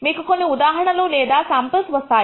మీకు కొన్ని ఉదాహరణలు లేదా శాంపుల్స్ వస్తాయి